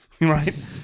right